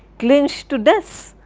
clinched to desks.